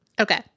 Okay